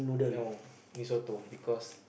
no Mee-Soto because